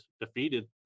defeated